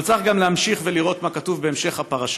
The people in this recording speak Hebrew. אבל צריך גם להמשיך ולראות מה כתוב בהמשך הפרשה.